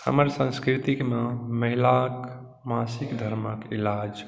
हमर संस्कृतिमे महिलाक मासिक धर्मक इलाज